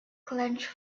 clenched